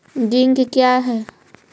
Zinc क्या हैं?